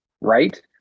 Right